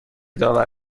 داور